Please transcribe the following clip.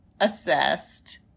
assessed